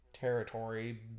territory